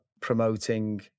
promoting